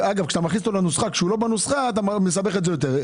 כשאתה מכניס אותו לנוסחה כאשר הוא לא בנוסחה אתה מסבך את זה יותר.